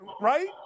right